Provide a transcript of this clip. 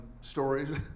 stories